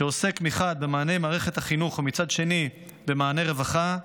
שמצד אחד עוסק במענה מערכת החינוך ומצד שני במענה רווחה,